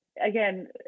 again